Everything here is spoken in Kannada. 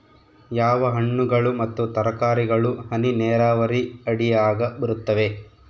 ಯಾವ ಹಣ್ಣುಗಳು ಮತ್ತು ತರಕಾರಿಗಳು ಹನಿ ನೇರಾವರಿ ಅಡಿಯಾಗ ಬರುತ್ತವೆ?